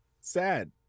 Sad